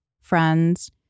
friends